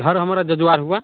घर हमारा जजवार हुआ